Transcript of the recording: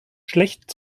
schlecht